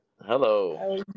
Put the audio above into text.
Hello